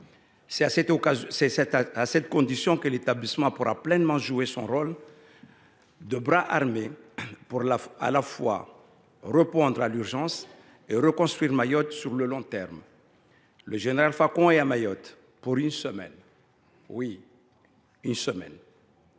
C’est à cette condition que cet établissement pourra pleinement jouer son rôle de bras armé pour répondre à l’urgence et reconstruire Mayotte sur le long terme. Le général Facon est à Mayotte pour une semaine. Oui, une semaine